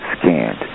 scanned